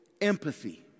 empathy